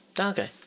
Okay